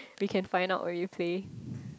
we can find out while you play